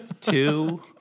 two